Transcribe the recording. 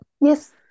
Yes